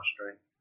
strength